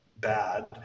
bad